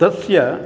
तस्य